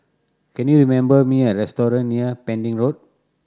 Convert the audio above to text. can you remember me a restaurant near Pending Road